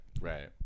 right